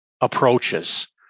approaches